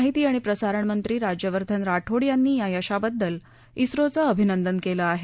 माहिती आणि प्रसारणमंत्री राज्यवर्धन राठोड यांनी या यशाबद्दल झोचं अभिनंदन केलं आहे